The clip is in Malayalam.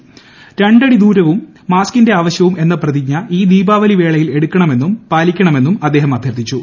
രണ്ടടി ദൂരവും മാസ്ക്ടീർൻ ആവശ്യവും എന്ന പ്രതിജ്ഞ ഈ ദീപാവലി വേളയിൽ എടുക്കണമെന്നും പാലിക്കണമെന്നും അദ്ദേഹം ആഭ്യൂർത്ഥിച്ചു